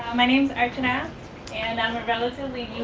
my name is archana, and i'm a relatively